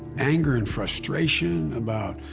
anger and frustration about,